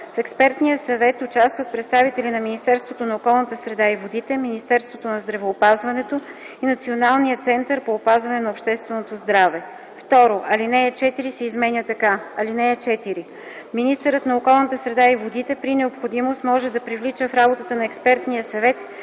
В експертния съвет участват представители на Министерството на околната среда и водите, Министерството на здравеопазването и Националния център по опазване на общественото здраве.” 2. Алинея 4 се изменя така: „(4) Министърът на околната среда и водите при необходимост може да привлича в работата на експертния съвет